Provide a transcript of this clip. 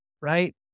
right